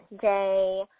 day